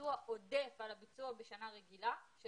לביצוע עודף על הביצוע בשנה רגילה של